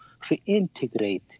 reintegrate